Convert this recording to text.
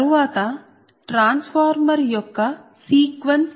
తరువాత ట్రాన్స్ఫార్మర్ యొక్క sequence impedances